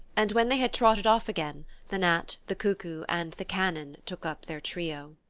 and when they had trotted off again the gnat, the cuckoo and the cannon took up their trio.